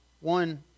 One